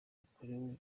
yakorewe